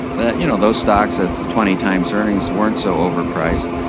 that you know those stocks at twenty times earnings, weren't so over-priced,